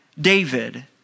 David